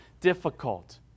difficult